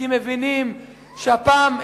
כי מבינים שהפעם,